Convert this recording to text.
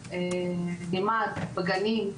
זה נלמד בגנים,